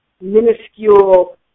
minuscule